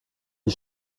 die